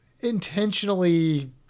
intentionally